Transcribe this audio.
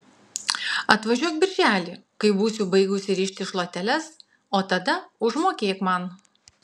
atvažiuok birželį kai būsiu baigusi rišti šluoteles o tada užmokėk man